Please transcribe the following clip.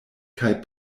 kaj